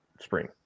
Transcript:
spring